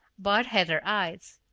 bart had her eyes.